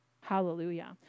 Hallelujah